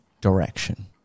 direction